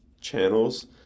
channels